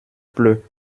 pleut